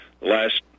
last